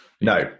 No